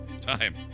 Time